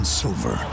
silver